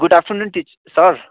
good afternoon teach sir